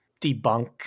debunk